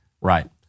Right